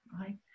right